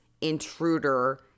intruder